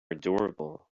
adorable